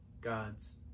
God's